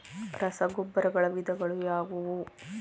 ರಸಗೊಬ್ಬರಗಳ ವಿಧಗಳು ಯಾವುವು?